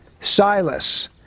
Silas